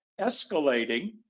escalating